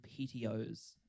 PTOs